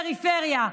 מהפריפריה.